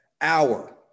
hour